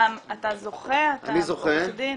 אתה זוכה, אתה עורך דין?